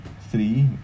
three